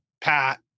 Pat